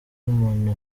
umuntu